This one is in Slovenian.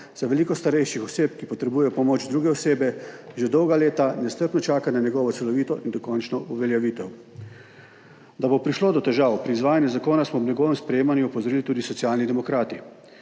saj veliko starejših oseb, ki potrebujejo pomoč druge osebe, že dolga leta nestrpno čaka na njegovo celovito in dokončno uveljavitev. Da bo prišlo do težav pri izvajanju zakona, smo ob njegovem sprejemanju opozorili tudi Socialni demokrati,